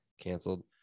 canceled